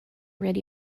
ready